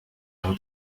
aho